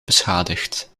beschadigd